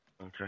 Okay